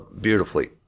beautifully